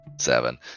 seven